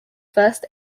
first